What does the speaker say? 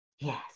Yes